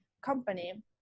company